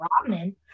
Rodman